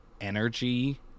energy